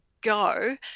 go